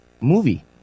movie